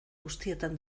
guztietan